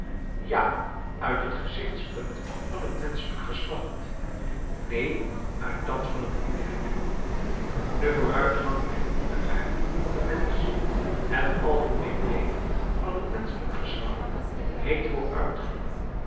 ja uit het gezichtspunt van het menschelijk geslacht neen uit dat van het individu de vooruitgang ligt in den aard van den mensch het algemeen leven van het menschelijk geslacht heet vooruitgang